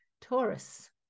Taurus